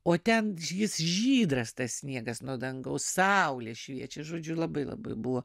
o ten jis žydras tas sniegas nuo dangaus saulė šviečia žodžiu labai labai buvo